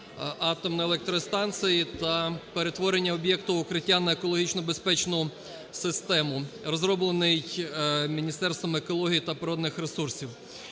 атомної електростанції та перетворення об'єкта "Укриття" на екологічно безпечну систему, розроблений Міністерством екології та природних ресурсів.